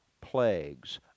plagues